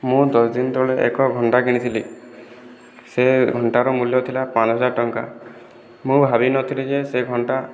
ମୁଁ ଦଶଦିନ ତଳେ ଏକ ଘଣ୍ଟା କିଣିଥିଲି ସେ ଘଣ୍ଟାର ମୂଲ୍ୟ ଥିଲା ପାଞ୍ଚହଜାର ଟଙ୍କା ମୁଁ ଭାବିନଥିଲି ଯେ ସେ ଘଣ୍ଟା